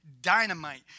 dynamite